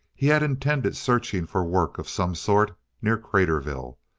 he had intended searching for work of some sort near craterville,